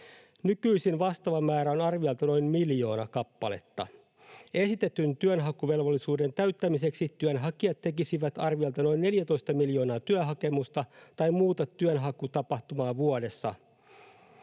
Nykyisin vastaava määrä on arviolta noin miljoona kappaletta. Esitetyn työnhakuvelvollisuuden täyttämiseksi työnhakijat tekisivät arviolta noin 14 miljoonaa työhakemusta tai muuta työnhakutapahtumaa vuodessa.